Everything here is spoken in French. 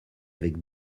avec